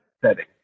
setting